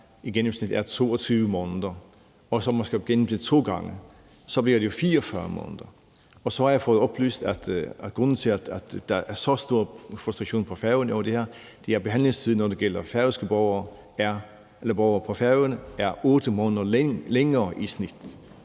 i gennemsnit er 22 måneder og man måske skal igennem det to gange, bliver det jo 44 måneder, og så har jeg fået oplyst, at grunden til, at der er så stor frustration på Færøerne over de her sagsbehandlingstider, når det gælder borgere på Færøerne, er, at det er 8 måneder længere i snit,